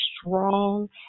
strong